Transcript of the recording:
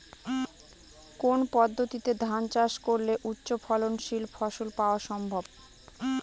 কোন পদ্ধতিতে ধান চাষ করলে উচ্চফলনশীল ফসল পাওয়া সম্ভব?